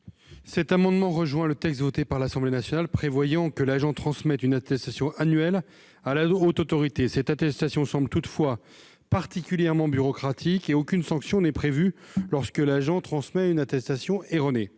Cet amendement rejoint le texte adopté par l'Assemblée nationale, qui prévoyait que l'agent transmette une attestation annuelle à la Haute Autorité. Cette attestation semble toutefois particulièrement bureaucratique, et aucune sanction n'est prévue lorsque l'agent transmet une attestation erronée.